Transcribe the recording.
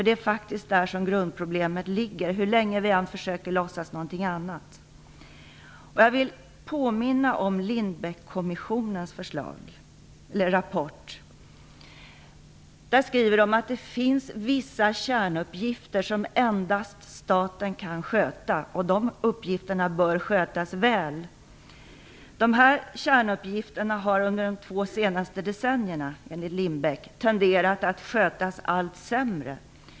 Det är där som grundproblemet ligger, hur länge vi än försöker att låtsas någonting annat. Jag vill påminna om Lindbeckkommissionens rapport. Man skriver att det finns vissa kärnuppgifter som endast staten kan sköta, och dessa uppgifter bör skötas väl. Enligt Lindbeck har dessa kärnuppgifter under de två senaste decennierna tenderat att skötas allt sämre.